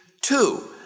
Two